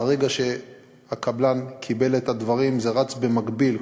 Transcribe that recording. מהרגע שהקבלן קיבל את הדברים זה רץ במקביל,